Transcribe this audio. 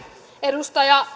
edustaja